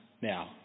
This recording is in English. now